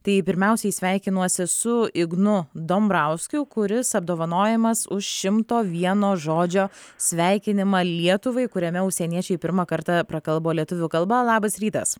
tai pirmiausiai sveikinuosi su ignu dombrauskiu kuris apdovanojamas už šimto vieno žodžio sveikinimą lietuvai kuriame užsieniečiai pirmą kartą prakalbo lietuvių kalba labas rytas